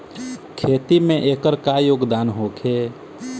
खेती में एकर का योगदान होखे?